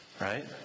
right